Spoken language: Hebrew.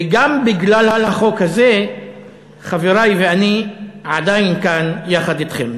וגם בגלל החוק הזה חברי ואני עדיין כאן יחד אתכם.